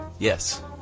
Yes